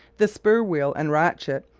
the spur-wheel and ratchet,